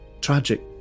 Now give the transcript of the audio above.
tragic